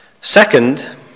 Second